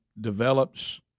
develops